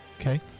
Okay